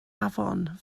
afon